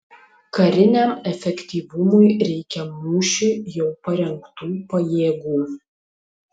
kariniam efektyvumui reikia mūšiui jau parengtų pajėgų